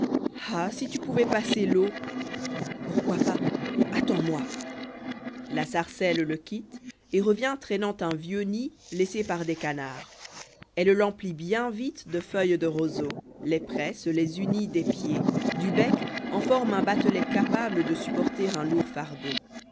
ah si tu pôuvois passer l'eau pourquoi pas attends-moi la sarcelle le quitte et revient traînant un vieux nid laissé par des canards elle l'emplit bien vitede feuilles de roseau les presse les unit des pieds du bec en forme un batelet capable de supporter un lourd fardeau